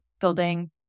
building